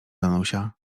danusia